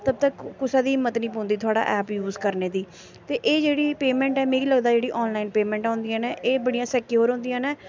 तब तक कुसा दी हिम्मत निं पौंदी थुआढ़ा ऐप यूज करने दी ते एह् जेह्ड़ी पेमेंट ऐ मिगी लगदा जेह्ड़ी आनलाइन पेमेंट होंदियां न एह् बड़ियां सिक्योर होंदियां न